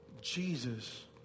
Jesus